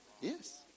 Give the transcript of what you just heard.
Yes